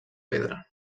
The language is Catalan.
pedra